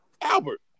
Albert